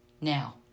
Now